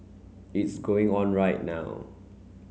it's going on right now